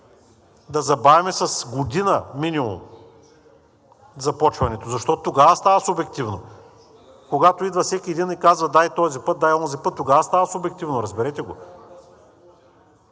да забавим с година минимум започването, защото тогава става субективно. Когато идва всеки един и казва: дай този път, дай онзи път, тогава става субективно, разберете го.